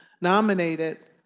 nominated